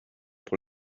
pour